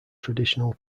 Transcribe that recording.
traditional